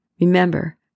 remember